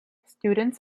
students